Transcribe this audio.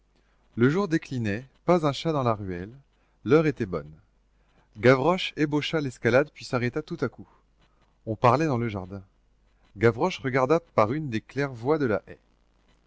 le jour déclinait pas un chat dans la ruelle l'heure était bonne gavroche ébaucha l'escalade puis s'arrêta tout à coup on parlait dans le jardin gavroche regarda par une des claires-voies de la haie